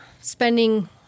spending